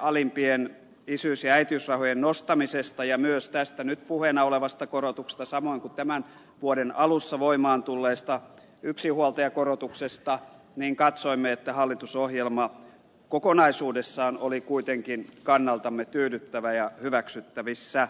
alimpien isyys ja äitiysrahojen nostamisesta ja myös tästä nyt puheena olevasta korotuksesta samoin kuin tämän vuoden alussa voimaan tulleesta yksinhuoltajakorotuksesta niin katsoimme että hallitusohjelma kokonaisuudessaan oli kuitenkin kannaltamme tyydyttävä ja hyväksyttävissä